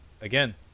again